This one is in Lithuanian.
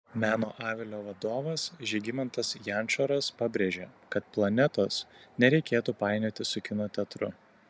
meno avilio vadovas žygimantas jančoras pabrėžė kad planetos nereikėtų painioti su kino teatru